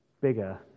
bigger